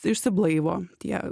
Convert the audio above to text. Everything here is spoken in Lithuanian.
išsiblaivo tie